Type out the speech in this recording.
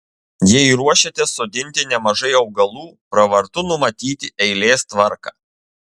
jei ruošiatės sodinti nemažai augalų pravartu numatyti eilės tvarką